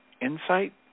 insight